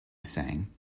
sang